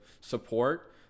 support